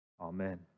Amen